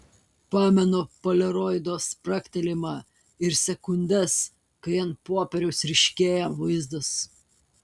pamenu poliaroido spragtelėjimą ir sekundes kai ant popieriaus ryškėja vaizdas